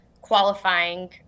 qualifying